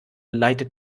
leitet